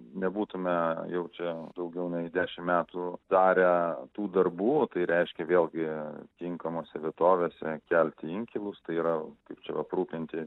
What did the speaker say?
nebūtume jau čia daugiau nei dešim metų darę tų darbų tai reiškia vėlgi tinkamose vietovėse kelti inkilus tai yra kaip čia aprūpinti